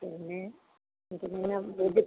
പിന്നെ പിന്നെ എങ്ങനെയാ വെജ്